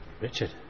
Richard